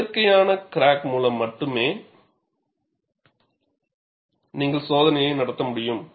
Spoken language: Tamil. இயற்கையான கிராக் மூலம் மட்டுமே நீங்கள் சோதனையை நடத்த முடியும்